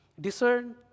Discern